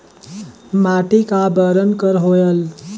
माटी का बरन कर होयल?